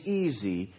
easy